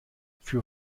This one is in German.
für